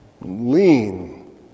lean